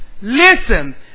Listen